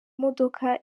modoka